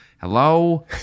Hello